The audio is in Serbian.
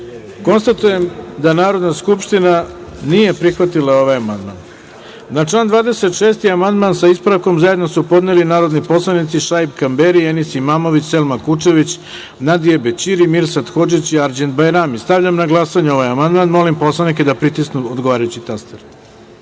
poslanika. Konstatujem da Narodna skupština nije prihvatila ovaj amandman. Na član 13. amandman, sa ispravkom, zajedno su podneli narodni poslanici Šaip Kamberi, Enis Imamović, Selma Kučević, Nadije Bećiri, Mirsad Hodžić i Arđend Bajrami. Stavljam na glasanje ovaj amandman. Molim poslanike da pritisnu odgovarajući taster